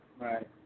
Right